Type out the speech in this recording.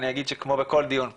אני אגיד שכמו כל דיון פה,